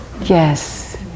Yes